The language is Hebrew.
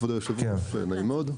כבוד היושב-ראש, נעים מאוד.